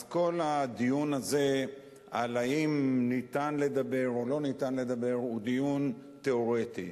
אז כל הדיון הזה על האם ניתן לדבר או לא ניתן לדבר הוא דיון תיאורטי.